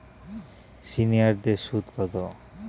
সিনিয়ারদের সুদ কত?